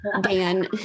Dan